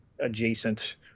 adjacent